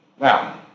Now